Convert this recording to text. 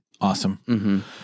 Awesome